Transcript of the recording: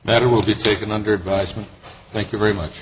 that will be taken under advisement thank you very much